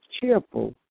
cheerful